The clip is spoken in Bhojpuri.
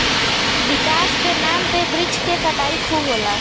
विकास के नाम पे वृक्ष के कटाई खूब होला